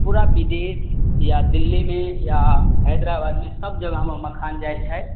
पूरा विदेश या दिल्लीमे या हैदराबादमे सब जगहमे हमर मखान जाइ छथि